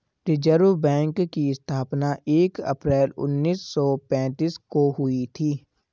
reserve bank की स्थापना एक अप्रैल उन्नीस सौ पेंतीस को हुई थी